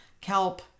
Kelp